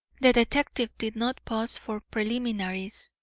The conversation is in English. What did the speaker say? the detective did not pause for preliminaries.